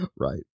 Right